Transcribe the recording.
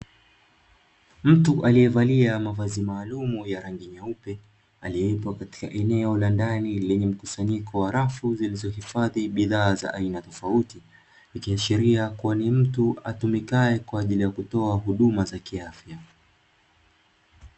Mtu aleyevalia mavazi maalumu ya rangi nyeupe, aliyepo katika eneo la ndani lenye mkusanyiko wa rafu zilizohifadhi bidhaa za aina tofauti, ikiashiria ni mtu atumikaye kwa ajili ya kutoa huduma za kiafya.